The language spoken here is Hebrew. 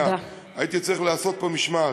שנייה, הייתי צריך לעשות פה משמעת.